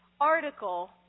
article